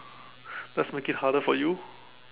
let's make it harder for you